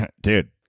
Dude